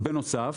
בנוסף,